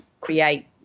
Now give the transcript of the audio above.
create